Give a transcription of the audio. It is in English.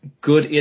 good